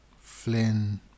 Flynn